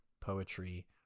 poetry